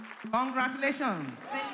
Congratulations